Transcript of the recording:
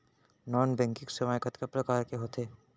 non banking सेवाएं कतका प्रकार के होथे